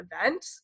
event